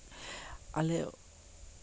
ᱟᱞᱮ